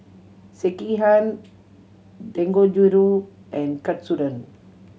Sekihan Dangojiru and Katsudon